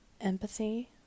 Empathy